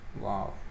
Wow